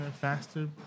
faster